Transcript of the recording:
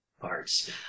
parts